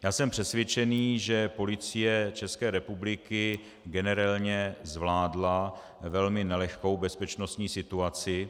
Já jsem přesvědčený, že Policie České republiky generelně zvládla velmi nelehkou bezpečnostní situaci.